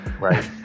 Right